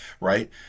right